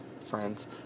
Friends